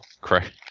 Correct